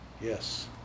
Yes